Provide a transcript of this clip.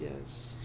yes